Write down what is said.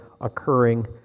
occurring